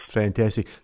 fantastic